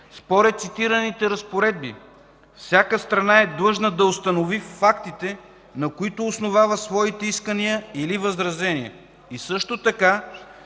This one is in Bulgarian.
Според цитираните разпоредби всяка страна е длъжна да установи фактите, на които основава своите искания или възражения. Също така